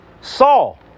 Saul